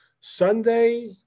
Sunday